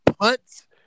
punts